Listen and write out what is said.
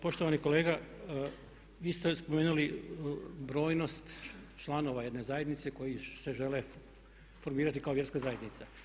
Poštovani kolega, vi ste spomenuli brojnost članova jedne zajednice koji se žele formirati kao vjerska zajednica.